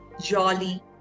jolly